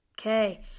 Okay